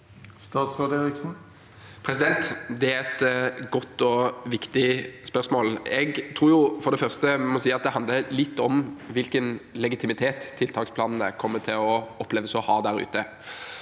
Bjelland Eriksen Det er et godt og viktig spørsmål. Jeg tror for det første at det handler litt om hvilken legitimitet tiltaksplanene kommer til å oppleves å ha der ute.